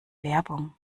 werbung